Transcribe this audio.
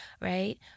right